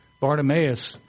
Bartimaeus